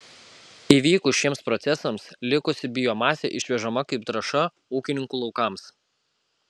įvykus šiems procesams likusi biomasė išvežama kaip trąša ūkininkų laukams